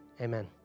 Amen